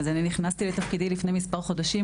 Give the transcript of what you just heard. אני נכנסתי לתפקידי לפני מספר חודשים,